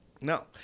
No